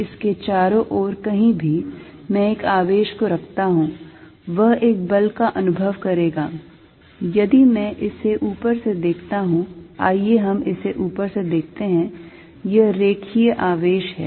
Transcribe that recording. तो इसके चारों ओर कहीं भी मैं एक आवेश को रखता हूं वह एक बल का अनुभव करेगा यदि मैं इसे ऊपर से देखता हूं आइए हम इसे ऊपर से देखते हैं यह रेखीय आवेश है